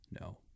No